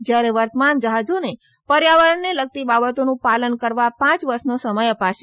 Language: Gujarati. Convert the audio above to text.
જ્યારે વર્તમાન જહાજોને પર્યાવરણને લગતી બાબતોનું પાલન કરવા પાંચ વર્ષનો સમય અપાશે